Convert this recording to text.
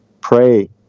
pray